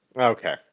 Okay